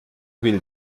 will